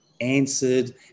answered